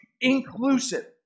inclusive